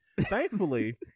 Thankfully